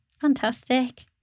Fantastic